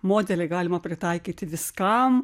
modelį galima pritaikyti viskam